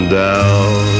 down